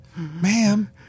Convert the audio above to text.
Ma'am